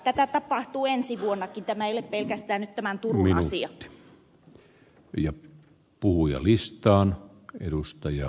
tätä tapahtuu ensi vuonnakin tämä ei ole pelkästään turun asia